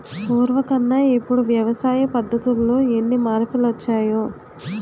పూర్వకన్నా ఇప్పుడు వ్యవసాయ పద్ధతుల్లో ఎన్ని మార్పులొచ్చాయో